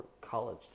college